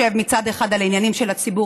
שמצד אחד חושב על עניינים של הציבור